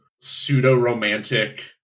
pseudo-romantic